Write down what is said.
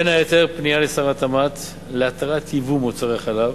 בין היתר פנייה לשר התמ"ת להתרת ייבוא מוצרי חלב